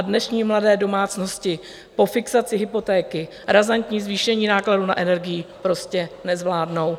Dnešní mladé domácnosti po fixaci hypotéky razantní zvýšení nákladů na energii prostě nezvládnou.